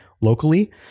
locally